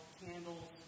candles